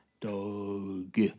dog